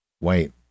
Wait